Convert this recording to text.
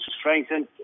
strengthen